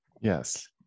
Yes